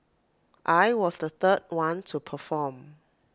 I was the third one to perform